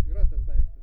yra tas daiktas